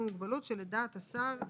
מקום מגוריו זה מקום שרשום בתעודת הזהות שלו?